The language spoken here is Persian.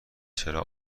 چرا